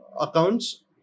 accounts